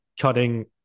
cutting